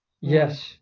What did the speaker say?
Yes